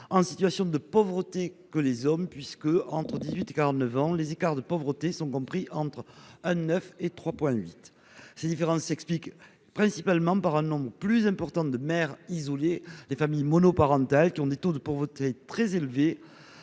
en situation de pauvreté que les hommes : entre 18 ans et 49 ans, les écarts de taux de pauvreté sont compris entre 1,9 point et 3,8 points. Ces différences s'expliquent principalement par un nombre plus important de mères isolées. Les familles monoparentales présentent des taux de pauvreté très élevés-